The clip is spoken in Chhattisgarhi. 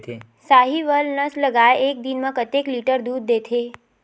साहीवल नस्ल गाय एक दिन म कतेक लीटर दूध देथे?